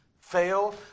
fail